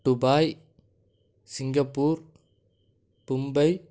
Dubai Singapore Mumbai